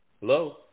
Hello